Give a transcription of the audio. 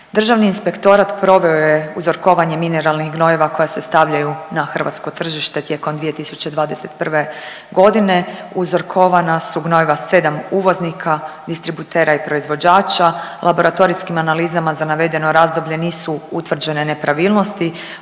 Državni inspektorat proveo je uzorkovanje mineralnih gnojiva koja se stavljaju na hrvatsko tržište tijekom 2021. godine. Uzorkovana su gnojiva 7 uvoznika, distributera i proizvođača, laboratorijskim analizama za navedeno razdoblje nisu utvrđene nepravilnosti